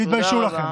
תתביישו לכם.